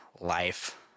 life